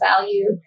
value